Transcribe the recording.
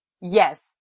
yes